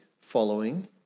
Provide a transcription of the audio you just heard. following